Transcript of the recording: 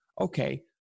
okay